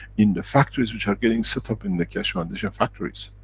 in the factories which are getting setup in the keshe foundation factories,